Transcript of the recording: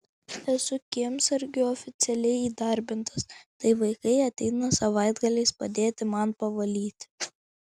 esu kiemsargiu oficialiai įdarbintas tai vaikai ateina savaitgaliais padėti man pavalyti